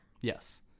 Yes